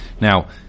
Now